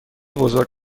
بزرگ